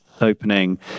opening